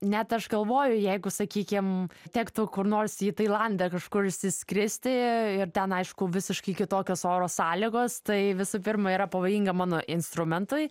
net aš galvoju jeigu sakykim tektų kur nors į tailandą kažkur išsiskristi ir ten aišku visiškai kitokios oro sąlygos tai visų pirma yra pavojinga mano instrumentui